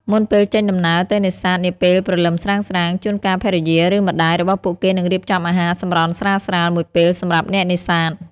មុនពេលចេញដំណើរទៅនេសាទនាពេលព្រលឹមស្រាងៗ ជួនកាលភរិយា ឬម្តាយរបស់ពួកគេនឹងរៀបចំអាហារសម្រន់ស្រាលៗមួយពេលសម្រាប់អ្នកនេសាទ។